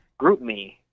GroupMe